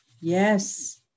Yes